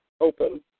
open